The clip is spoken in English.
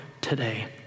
today